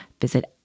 visit